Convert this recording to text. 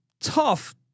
tough